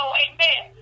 amen